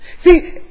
See